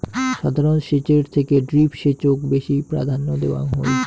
সাধারণ সেচের থেকে ড্রিপ সেচক বেশি প্রাধান্য দেওয়াং হই